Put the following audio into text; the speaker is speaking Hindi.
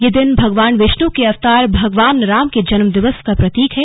यह दिन भगवान विष्णु के अवतार भगवान राम के जन्म दिवस का प्रतीक है